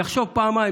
יחשוב פעמיים.